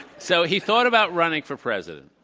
so he thought about running for president.